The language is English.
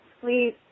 please